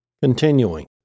Continuing